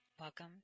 Welcome